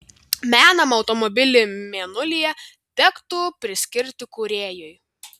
menamą automobilį mėnulyje tektų priskirti kūrėjui